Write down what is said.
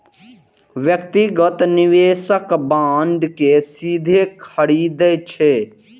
व्यक्तिगत निवेशक बांड कें सीधे खरीदै छै